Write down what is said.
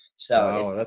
so